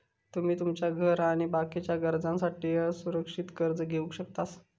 तुमी तुमच्या घर आणि बाकीच्या गरजांसाठी असुरक्षित कर्ज घेवक शकतास